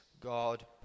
God